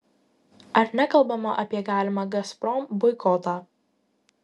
ar nekalbama apie galimą gazprom boikotą